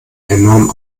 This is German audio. enorm